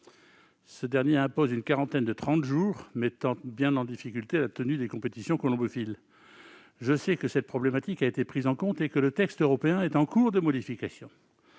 Ce dernier impose une quarantaine de trente jours, mettant en difficulté la tenue des compétitions colombophiles. Je sais que cette problématique a été prise en compte et que le texte européen est en cours de modification.